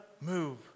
move